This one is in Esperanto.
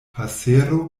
pasero